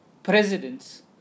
presidents